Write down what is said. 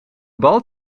bal